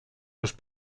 los